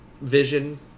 Vision